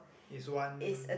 is one